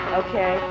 okay